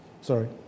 Sorry